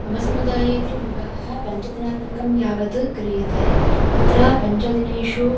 मम समुदाये तु विवाहः पञ्चदिनात्मकं यावत् क्रियते तत्र पञ्च दिनेषु